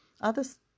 Others